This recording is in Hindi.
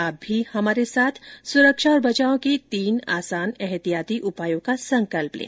आप भी हमारे साथ सुरक्षा और बचाव के तीन आसान एहतियाती उपायों का संकल्प लें